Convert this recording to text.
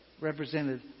represented